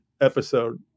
Episode